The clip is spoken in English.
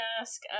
ask